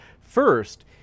First